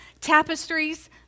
tapestries